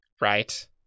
right